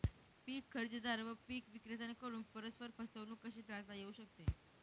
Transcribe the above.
पीक खरेदीदार व पीक विक्रेत्यांकडून परस्पर फसवणूक कशी टाळता येऊ शकते?